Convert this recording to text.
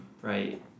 right